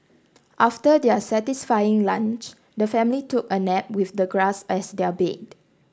after their satisfying lunch the family took a nap with the grass as their bed